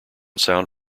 sound